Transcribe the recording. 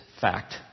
fact